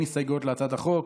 אין הסתייגויות להצעת החוק,